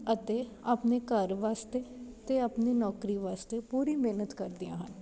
ਅਤੇ ਆਪਣੇ ਘਰ ਵਾਸਤੇ ਅਤੇ ਆਪਣੀ ਨੌਕਰੀ ਵਾਸਤੇ ਪੂਰੀ ਮਿਹਨਤ ਕਰਦੀਆਂ ਹਨ